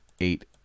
eight